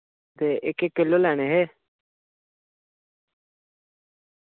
ते इक इक किल्लो लैने हे